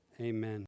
Amen